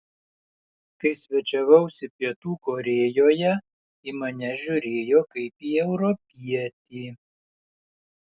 kai svečiavausi pietų korėjoje į mane žiūrėjo kaip į europietį